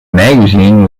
magazine